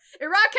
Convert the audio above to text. Iraq